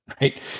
right